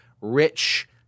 rich